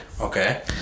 Okay